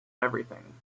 everything